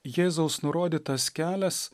jėzaus nurodytas kelias